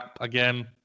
again